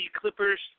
clippers